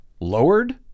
lowered